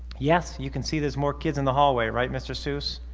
yes you can see there's more kids in the hallway right mr. seuss